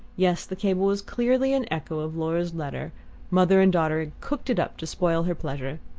yes, the cable was clearly an echo of laura's letter mother and daughter had cooked it up to spoil her pleasure.